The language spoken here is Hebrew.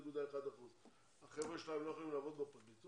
1.1%. החבר'ה שלהם לא יכולים לעבוד בפרקליטות